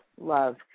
love